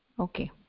Okay